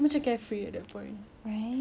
pergi sekolah tak pergi sekolah macam it's okay